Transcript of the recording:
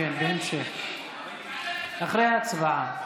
קצת, לכל עם ישראל: